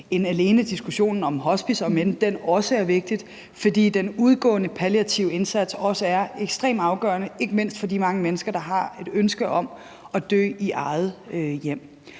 på diskussionen om hospicer, om end den også er vigtig. For den udgående palliative indsats er også ekstremt afgørende, ikke mindst for de mange mennesker, der har et ønske om at dø i eget hjem.